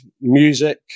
music